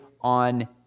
on